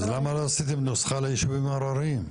אז למה לא עשיתם נוסחה ליישובים ההרריים?